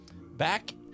back